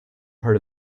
part